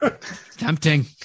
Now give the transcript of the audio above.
Tempting